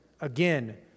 again